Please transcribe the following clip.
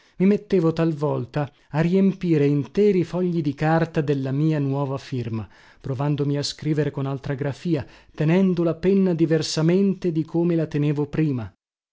mi mettevo talvolta a riempire interi fogli di carta della mia nuova firma provandomi a scrivere con altra grafia tenendo la penna diversamente di come la tenevo prima